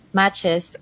matches